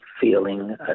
feeling